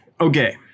Okay